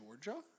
Georgia